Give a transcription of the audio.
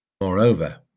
Moreover